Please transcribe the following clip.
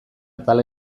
atal